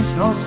no